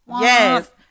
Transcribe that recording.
Yes